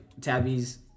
Tabby's